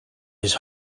his